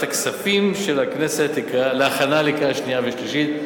הכספים של הכנסת להכנה לקריאה שנייה ושלישית.